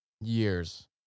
years